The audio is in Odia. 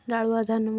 ଡାଳୁଆ ଧାନ